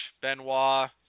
Benoit